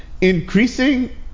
Increasing